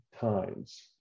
times